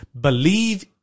believe